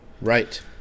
Right